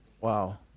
Wow